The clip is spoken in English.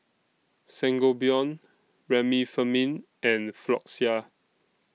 Sangobion Remifemin and Floxia